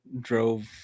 drove